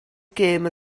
gêm